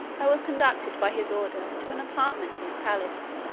i was conducted by his order to an apartment in his palace